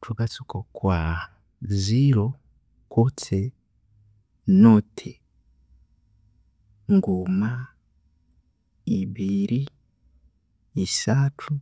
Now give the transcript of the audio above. Thukatsuka okwa zero kutse noti, nguma, ibiri, esathu,